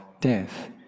death